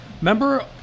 Remember